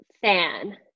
fan